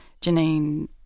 Janine